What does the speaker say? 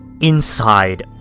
inside